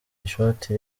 ishoti